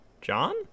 John